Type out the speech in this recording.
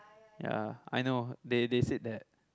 ya I know they they said that